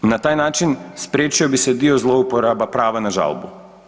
Na taj način spriječio bi se dio zlouporaba prava na žalbu.